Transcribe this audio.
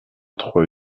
trois